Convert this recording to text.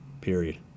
period